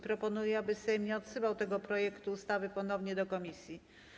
Proponuję, aby Sejm nie odsyłał tego projektu ustawy ponownie do komisji.